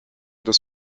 des